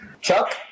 Chuck